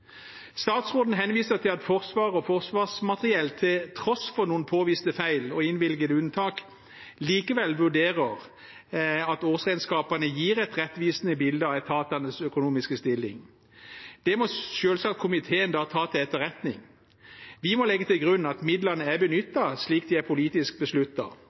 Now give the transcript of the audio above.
Statsråden henviser til at Forsvaret og Forsvarsmateriell til tross for noen påviste feil og innvilgede unntak likevel vurderer at årsregnskapene gir et rettvisende bilde av etatenes økonomiske stilling. Det må komiteen selvsagt ta til etterretning. Vi må legge til grunn at midlene er benyttet slik det politisk er